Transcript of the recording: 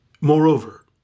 Moreover